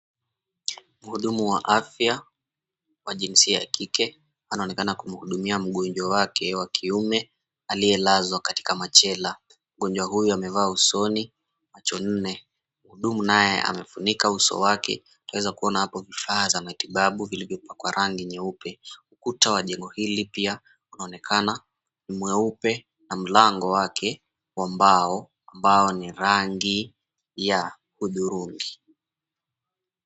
Mhudumu wa afya wa jinsia ya kike anaonekana kumhudumia mgonjwa wake wa kiume aliyelazwa katika machela. Mgonjwa huyu amevaa usoni macho nne. Mhudumu naye amefunika uso wake. Twaweza kuona hapo vifaa vya matibabu viliyopakwa rangi nyeupe. Ukuta wa jengo hili pia unaoneka ni mweupe na mlango wake wa mbao ambo ni rangi ya hudhurungi.